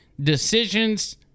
decisions